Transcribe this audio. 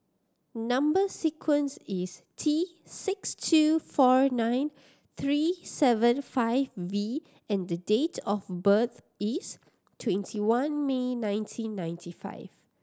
number sequence is T six two four nine three seven five V and the date of birth is twenty one May nineteen ninety five